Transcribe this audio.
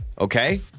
Okay